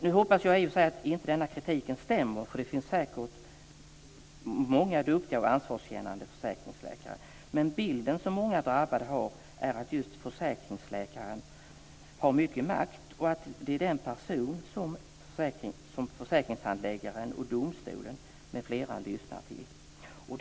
Nu hoppas jag att inte kritiken stämmer, för det finns säkert många duktiga och ansvarskännande försäkringsläkare. Men bilden som många drabbade har är just att försäkringsläkaren har mycket makt och att det är den person som försäkringshandläggaren och domstolen m.fl. lyssnar till.